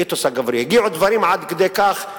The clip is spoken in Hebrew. הגיעו דברים עד כדי כך,